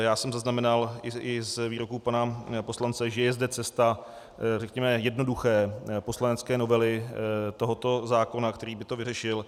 Já jsem zaznamenal i z výroků pana poslance, že zde je cesta, řekněme, jednoduché poslanecké novely tohoto zákona, který by to vyřešil.